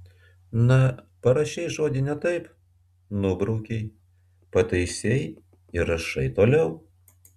na parašei žodį ne taip nubraukei pataisei ir rašai toliau